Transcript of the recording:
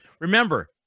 remember